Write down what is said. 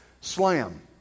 slam